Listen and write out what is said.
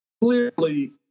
clearly